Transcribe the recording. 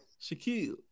Shaquille